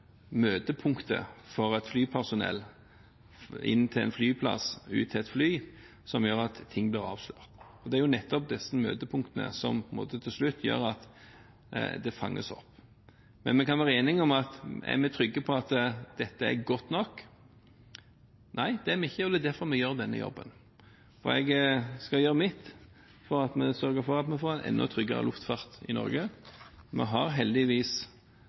flyplass, ut til et fly, som gjør at ting blir avslørt. Og det er jo nettopp disse møtepunktene som gjør at det til slutt fanges opp. Men vi kan være enige om: Er vi trygge på at dette er godt nok? Nei, det er vi ikke, og det er derfor vi gjør denne jobben. Og jeg skal gjøre mitt for å sørge for at vi får en enda tryggere luftfart i Norge. Vi har heldigvis